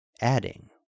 adding